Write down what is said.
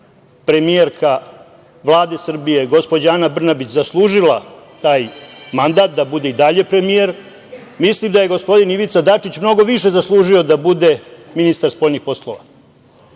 premijerka Vlade Srbije, gospođa Ana Brnabić zaslužila taj mandat da bude i dalje premijer mislim da je gospodin Ivica Dačić mnogo više zaslužio da bude ministar spoljnih poslova. Posle